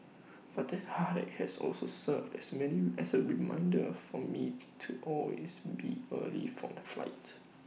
but that heartache has also served as many as A reminder for me to always be early for my flight